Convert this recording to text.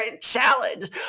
challenge